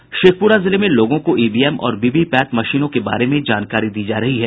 शेखपुरा जिले में लोगों को ईवीएम और वीवीपैट मशीनों के बारे में जानकारी दी जा रही है